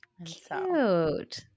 cute